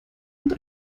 und